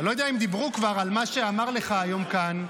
אני לא יודע אם דיברו כבר על מה שאמר לך היום כאן,